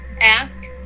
ask